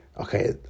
Okay